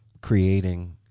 creating